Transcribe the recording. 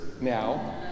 now